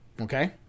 Okay